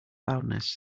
loudness